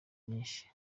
nyinshi